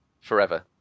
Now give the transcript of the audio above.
forever